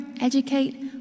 educate